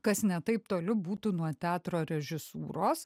kas ne taip toli būtų nuo teatro režisūros